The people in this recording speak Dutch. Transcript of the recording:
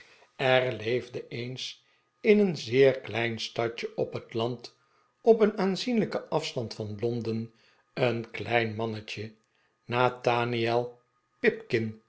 er ieefde eens in een zeer klein stadje op het land op een aanzienlijken afstand van londen een klein mannetje nathaniel